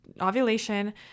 ovulation